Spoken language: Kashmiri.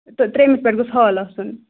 تہٕ ترٛیٚیِمِس پٮ۪ٹھ گوٚژھ ہال آسُن